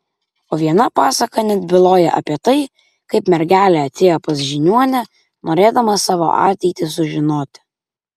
o viena pasaka net byloja apie tai kaip mergelė atėjo pas žiniuonę norėdama savo ateitį sužinoti